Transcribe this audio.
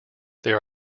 there